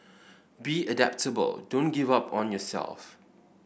be adaptable don't give up on yourself